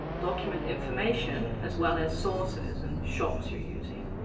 document information as well as sources and shops you're using.